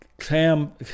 Cam